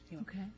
Okay